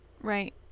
right